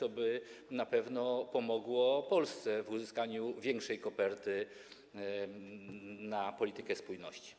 To na pewno pomogłoby Polsce w uzyskaniu większej koperty na politykę spójności.